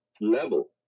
level